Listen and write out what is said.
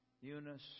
Eunice